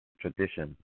tradition